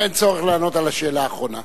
אין צורך לענות על השאלה האחרונה.